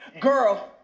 girl